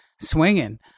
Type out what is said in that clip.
swinging